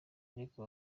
ariko